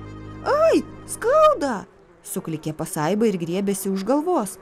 ai skauda suklykė pasaiba ir griebėsi už galvos